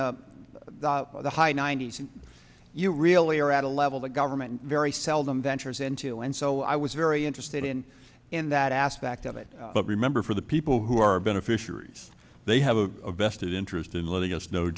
the high ninety's you really are at a level the government very seldom ventures into and so i was very interested in in that aspect of it but remember for the people who are beneficiaries they have a vested interest in letting us know